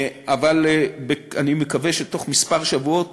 אבל אני מקווה שתוך כמה שבועות,